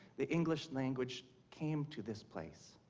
the english language came to this place.